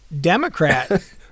Democrat